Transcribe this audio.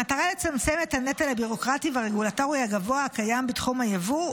במטרה לצמצם את הנטל הביורוקרטי והרגולטורי הגבוה הקיים בתחום היבוא,